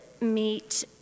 meet